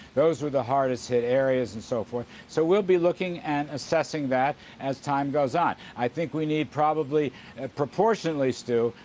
those were the hardest hit areas and so forth. so we'll be looking at assessing that as time goes on. i think we need probably proportionately, stu,